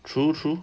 true true